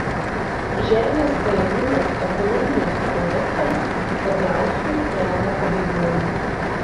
žemės paėmimas ekonominiams projektams kadziauskui kelia abejonių